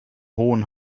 hohen